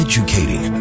educating